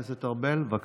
ארבל, בבקשה.